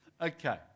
Okay